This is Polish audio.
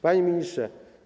Panie Ministrze!